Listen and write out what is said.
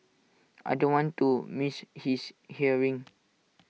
I don't want to miss his hearing